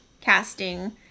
casting